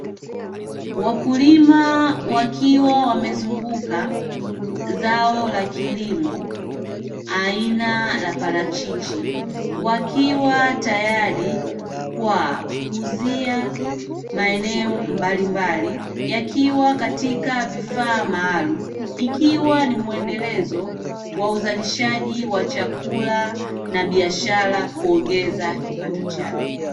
Wakulima wakiwa wamezunguka zao la kilimo aina ya parachichi wakiwa tayari kwa kuuzia maeneo mbalimbali, yakiwa katika vifaa maalumu ikiwa ni muendelezo wa uzalishaji wa chakula na biashara kuongeza kipato chao.